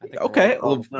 Okay